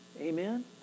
Amen